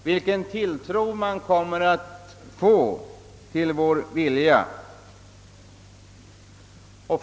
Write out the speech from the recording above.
Vilken tilltro kommer man där att få för vår vilja att hjälpa?